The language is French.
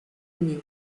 uni